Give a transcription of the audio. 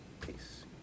Peace